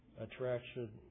attraction